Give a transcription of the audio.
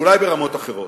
אולי ברמות אחרות.